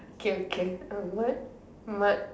okay okay uh what what